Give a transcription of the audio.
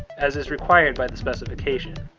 as is required by the specification.